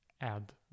add